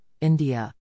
india